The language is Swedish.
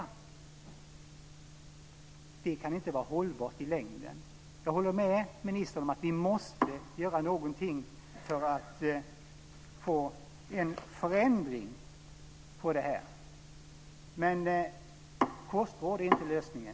Men det kan inte vara hållbart i längden. Jag håller med ministern om att vi måste göra någonting för att få en förändring av detta. Men kostråd är inte lösningen.